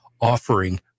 offering